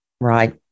Right